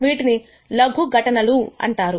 వీటిని లఘు ఘటనలు అంటారు